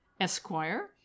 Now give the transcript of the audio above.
Esquire